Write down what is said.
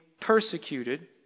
persecuted